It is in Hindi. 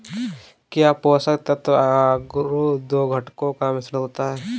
क्या पोषक तत्व अगरो दो घटकों का मिश्रण होता है?